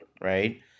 right